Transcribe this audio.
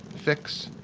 fix,